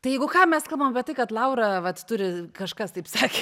tai jeigu ką mes kalbam apie tai kad laura vat turi kažkas taip sakė